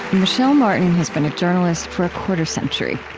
michel martin has been a journalist for a quarter century.